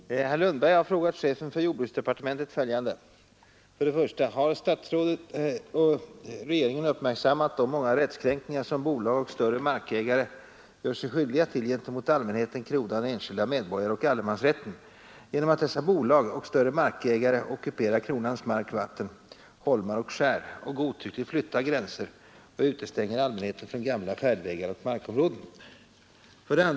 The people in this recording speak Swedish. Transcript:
Herr talman! Herr Lundberg har frågat chefen för jordbruksdepartementet följande. 1. Har herr statsrådet och regeringen uppmärksammat de många rättskränkningar som bolag och större markägare gör sig skyldiga till gentemot allmänheten, kronan, enskilda medborgare och allemansrätten genom att dessa bolag och större markägare ockuperar kronans mark, vatten, holmar och skär och godtyckligt flyttar gränser samt utestänger allmänheten från gamla färdvägar och markområden? 2.